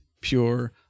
pure